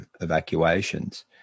evacuations